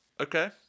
Okay